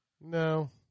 No